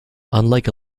unlike